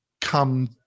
come